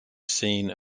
scene